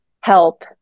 help